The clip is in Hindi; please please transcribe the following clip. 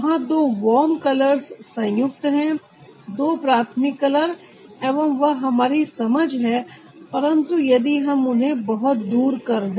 वहां दो वार्म कलर्स संयुक्त है दो प्राथमिक कलर एवं वह हमारी समझ है परंतु यदि हम उन्हें बहुत दूर कर दे